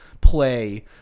play